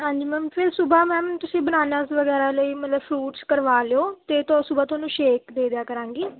ਹਾਂਜੀ ਮੈਮ ਫਿਰ ਸੁਬਹਾ ਮੈਮ ਤੁਸੀਂ ਬਨਾਨਾਸ ਵਗੈਰਾ ਲਈ ਮਤਲਬ ਫਰੂਟਸ ਕਰਵਾ ਲਿਓ ਅਤੇ ਉਸ ਤੋਂ ਬਾਅਦ ਤੁਹਾਨੂੰ ਸ਼ੇਕ ਦੇ ਦਿਆ ਕਰਾਂਗੀ